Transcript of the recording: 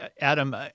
Adam